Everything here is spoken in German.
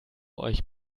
euch